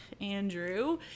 Andrew